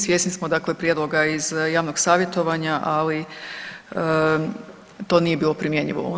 Svjesni smo, dakle prijedloga iz javnog savjetovanja, ali to nije bilo primjenjivo u ovom